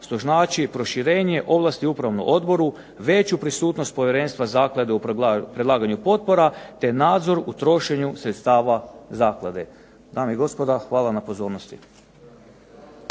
što znači proširenje ovlasti upravnom odboru, veću prisutnost povjerenstva zaklade u predlaganju potpora te nadzor u trošenju sredstava zaklade. Dame i gospodo, hvala vam na pozornosti.